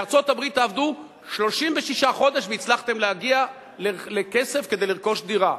בארצות-הברית תעבדו 36 חודש והצלחתם להגיע לכסף כדי לרכוש דירה.